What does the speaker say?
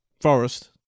forest